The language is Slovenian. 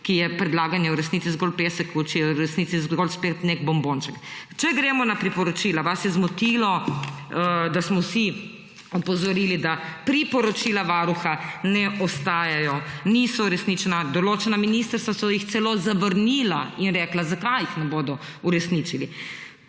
ki je predlagan danes, je v resnici zgolj pesek v oči, v resnici spet zgolj en bombonček. Če gremo na priporočila, vas je zmotilo, da smo vsi opozorili, da priporočila Varuha niso uresničena, določena ministrstva so jih celo zavrnila in rekla, zakaj jih ne bodo uresničili.